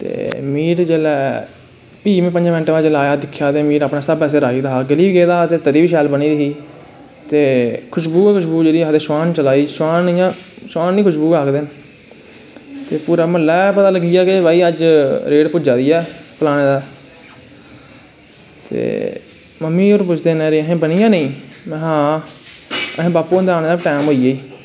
ते मीट जिसलै फ्ही बी में पंजैं दसैं मिटैं बाद आया ते मीट अपनै सिर आई जंदा हा गली बी गेदा हा ते तरी बी शैल बनी दी ही ते खशबूगै खशबू शोआन जेह्ड़ी शोआन नी खशबू आखदे न ते पूरै मोह्ल्लै गै पता लग्गी गेआ कि रेह्ड़ भुज्जा दी ऐ फलानै दै ते मम्मी होर पुछदे मेरे बनी जां नेईं महां हां अहैं बापू हुंदा आनें दा टैम होई गेई ई